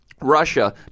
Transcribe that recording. Russia